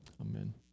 Amen